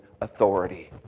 authority